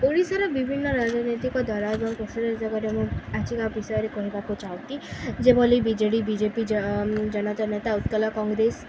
ଓଡ଼ିଶାର ବିଭିନ୍ନ ରାଜନୈତିକ ଦଳ ଏବଂ କୋଷ ଜାଗାରେ ଏବଂ ଆଜିକା ବିଷୟରେ କହିବାକୁ ଚାହୁଁଛି ଯେଉଁଭଳି B J D B J P ଜନତା ନେତା ଉତ୍କଳ କଂଗ୍ରେସ